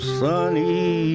sunny